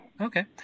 Okay